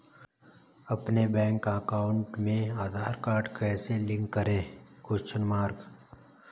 अपने bank account में Aadhaar card कैसे लिंक करें?